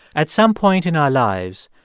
at some point in our lives,